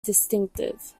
distinctive